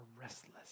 restless